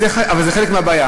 אבל זה חלק מהבעיה.